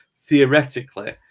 Theoretically